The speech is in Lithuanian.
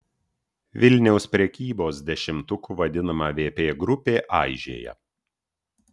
vilniaus prekybos dešimtuku vadinama vp grupė aižėja